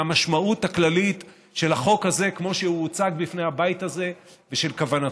מהמשמעות הכללית של החוק הזה כמו שהוא הוצג בפני הבית הזה ושל כוונתו.